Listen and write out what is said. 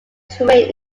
turing